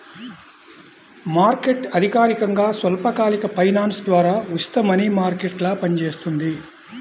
market అధికారికంగా స్వల్పకాలిక finance ద్వారా ఉచిత మనీ మార్కెట్గా పనిచేస్తుంది